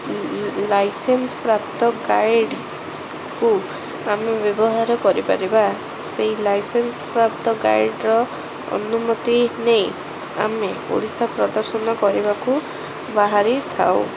ଲ୍ licence ପ୍ରାପ୍ତ ଗାଇଡ଼କୁ ଆମେ ବ୍ୟବହାର କରିପାରିବା ସେଇ ଲାଇସେନ୍ସ ପ୍ରାପ୍ତ ଗାଇଡ଼ର ଅନୁମତି ନେଇ ଆମେ ଓଡ଼ିଶା ପ୍ରଦର୍ଶନ କରିବାକୁ ବାହାରିଥାଉ